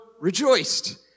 rejoiced